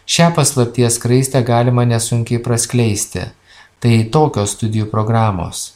šią paslapties skraistę galima nesunkiai praskleisti tai tokios studijų programos